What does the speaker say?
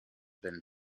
been